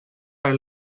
para